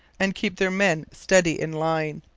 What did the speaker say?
and keep their men steady in line.